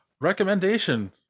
recommendation